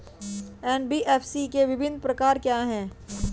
NBFC के विभिन्न प्रकार क्या हैं?